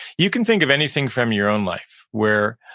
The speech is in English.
you can think of anything from your own life where,